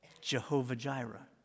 Jehovah-Jireh